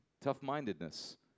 tough-mindedness